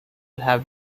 have